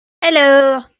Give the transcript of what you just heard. Hello